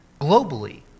globally